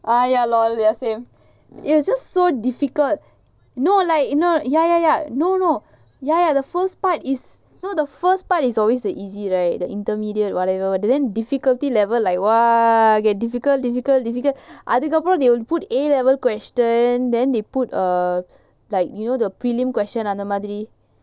ah ya lor same it was just so difficult no like you know ya ya ya no no ya ya the first part is no the first part is always the easy right the intermediate whatever then difficulty level like !wah! get difficult difficult difficult அதுக்கப்புறம்:adhukapuram they will put a level question then they put err like you know the prelim question அந்தமாதிரி:andha madhiri